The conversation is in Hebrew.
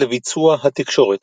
לביצוע התקשורת.